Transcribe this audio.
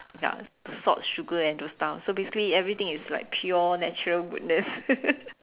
ya salt sugar and those stuff so basically everything is like pure natural goodness